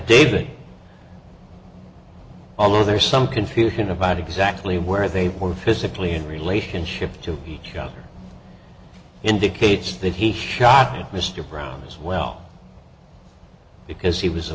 affidavit although there is some confusion about exactly where they were physically in relationship to each other indicates that he shot mr brown as well because he was a